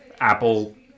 Apple